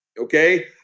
Okay